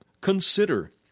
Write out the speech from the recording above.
consider